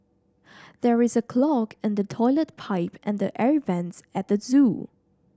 there is a clog in the toilet pipe and the air vents at the zoo